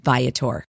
Viator